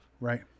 Right